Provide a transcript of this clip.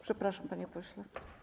Przepraszam, panie pośle.